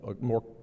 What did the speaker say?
more